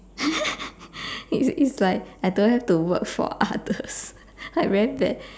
it it's like I don't have to work for others I very bad